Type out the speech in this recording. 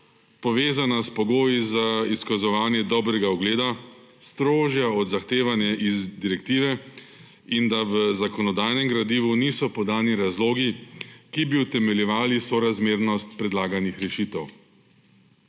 povezana s pogoji za izkazovanje dobrega ugleda strožja od zahtevane direktive in da v zakonodajnem gradivu niso podani razlogi, ki bi utemeljevali sorazmernost predlaganih rešitev.